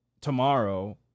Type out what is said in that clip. tomorrow